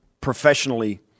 professionally